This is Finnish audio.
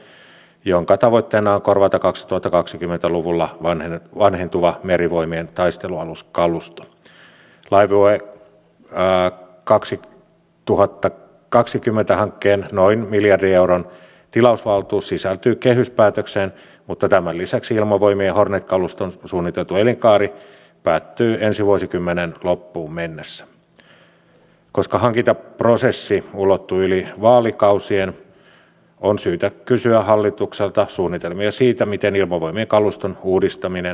mutta jos me nyt mietimme sitä miten me parannamme oikeasti siis tiedon arvostamista tässä maassa niin hallituksella voi olla erilaiset arvot kuin oppositiolla meillä voi olla keskenämme erilaisia arvoja mutta eduskunnan ja poliittisen järjestelmän arvovallan kannalta on tosi tärkeätä että päätökset ovat tietopohjaisia että me modernisoimme meidän tapaamme joukkoistaa myös lakihankkeita niin että tavallisetkin ihmiset pääsevät niihin mukaan eivät vain perinteiset eturyhmät